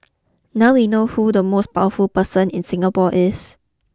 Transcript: now we know who the most powerful person in Singapore is